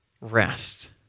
rest